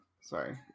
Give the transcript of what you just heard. sorry